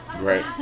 Right